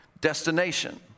destination